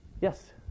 Yes